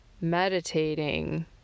meditating